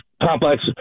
complex